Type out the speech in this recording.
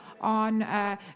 on